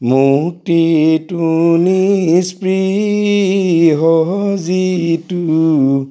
মুক্তিতো নিস্পৃহ যিটো